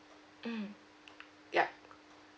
mm yup